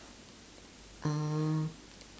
uh